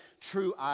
true